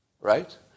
Right